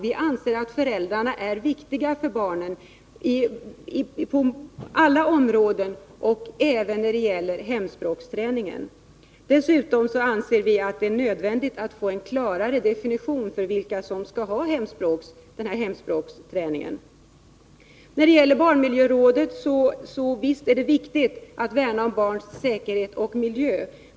Vi anser att föräldrarna är viktiga för barnen på alla områden, även när det gäller hemspråksträningen. Dessutom anser vi det nödvändigt med en klarare definition av vilka som skall ha hemspråksträning. När det gäller barnmiljörådet vill jag säga att det visst är viktigt att värna om barns säkerhet och miljö.